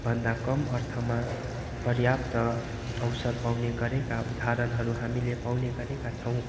भन्दा कम अर्थमा पर्याप्त अवसर पाउने गरेका उदाहरणहरू हामीले पाउने गरेका छौँ